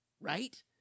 right